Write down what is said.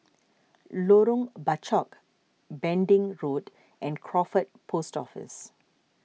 Lorong Bachok Pending Road and Crawford Post Office